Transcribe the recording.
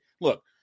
Look